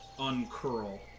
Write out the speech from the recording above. uncurl